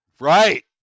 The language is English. right